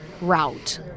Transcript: route